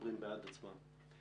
מדברים בעד עצמם.